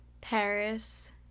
Paris